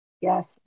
Yes